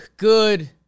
Good